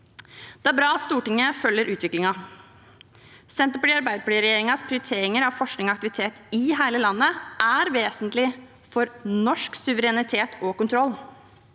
Det er bra at Stortinget følger utviklingen. Arbeiderparti–Senterparti-regjeringens prioriteringer av forskning og aktivitet i hele landet er vesentlig for norsk suverenitet og kontroll.